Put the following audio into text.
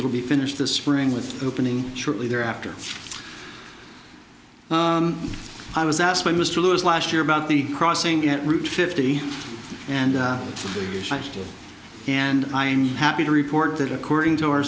that will be finished this spring with opening shortly thereafter i was asked by mr lewis last year about the crossing at route fifty and and i'm happy to report that according to our